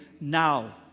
now